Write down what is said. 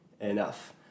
enough